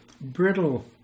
brittle